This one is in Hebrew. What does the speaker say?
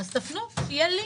אז תפנו, שיהיה לינק.